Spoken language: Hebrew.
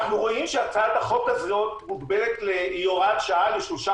אנחנו רואים שהצעת החוק הזאת היא הוראת שעה שמוגבלת לשלושה